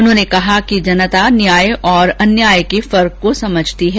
उन्होंने कहा कि जनता न्याय और अन्याय के फर्क को समझती है